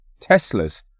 Teslas